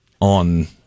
on